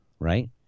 Right